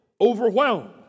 overwhelmed